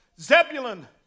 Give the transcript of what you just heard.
Zebulun